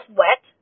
wet